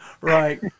right